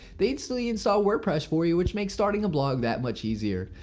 they instantly install wordpress for you which makes starting a blog that much easier.